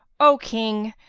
o king,